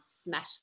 smash